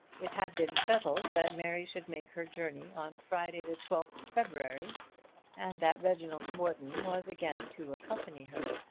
it had been settled that mary should make her journey on friday the twelfth february and that reginald morton was again to accompany her.